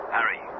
Harry